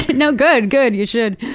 but no. good, good. you should.